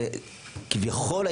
כביכול,